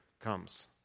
comes